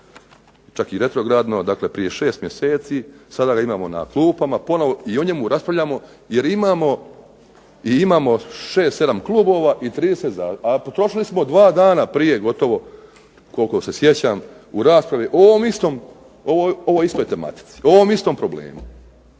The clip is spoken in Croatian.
čak i retrogradno prije 6 mjeseci, sada ga imamo na klupama ponovno i o njemu raspravljamo jer imamo i imamo 6, 7 klubova i 30 zastupnika, a potrošili smo 2 dana prije gotovo koliko se sjećam u raspravi o ovom istom problemu.